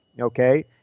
okay